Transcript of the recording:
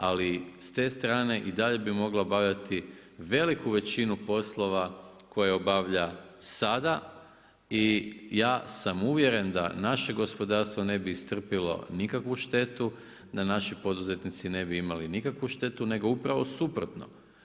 Ali s te strane i dalje bi mogla obavljati veliku većinu poslova koje obavlja sada i ja sam uvjeren da naše gospodarstvo ne bi istrpilo nikakvu štetu, da naši poduzetnici ne bi imali nikakvu štetu nego upravo suprotno.